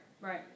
right